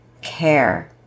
care